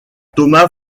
thomas